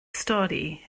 stori